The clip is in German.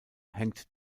hängt